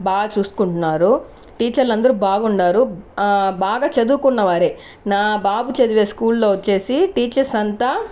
బాగా చూస్కుంటున్నారు టీచర్లందరు బాగున్నారు బాగా చదువుకున్నవారే నా బాబు చదివే స్కూల్లో వచ్చేసి టీచర్స్ అంతా